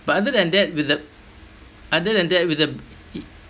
but other than that with the other than that with the